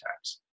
tax